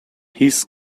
his